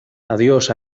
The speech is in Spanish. adiós